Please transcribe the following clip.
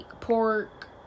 pork